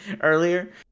earlier